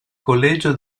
collegio